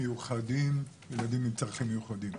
ילדים עם צרכים מיוחדים.